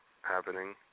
happening